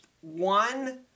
one